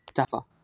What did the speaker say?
चाफा